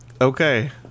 Okay